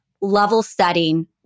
level-setting